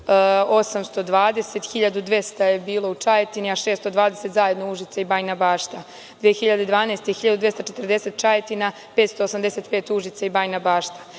1.820, 1.200 je bilo u Čajetini, a 620 zajedno Užice i Bajina Bašta, 2012. godine 1.240 Čajetina, 585 Užice i Bajina Bašta,